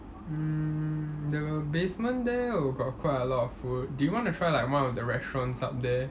mm the basement there oh got quite a lot of food do you want to try like one of the restaurants up there